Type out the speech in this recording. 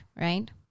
right